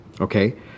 Okay